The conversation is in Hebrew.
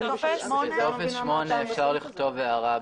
בטופס 8 אפשר לכתוב הערה.